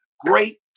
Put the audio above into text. great